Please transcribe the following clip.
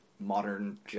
modern